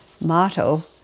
motto